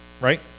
right